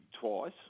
twice